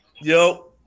Yo